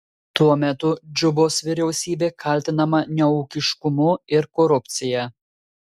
tuo metu džubos vyriausybė kaltinama neūkiškumu ir korupcija